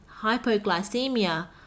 hypoglycemia